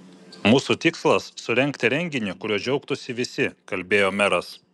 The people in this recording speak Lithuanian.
mūsų tikslas surengti renginį kuriuo džiaugtųsi visi kalbėjo meras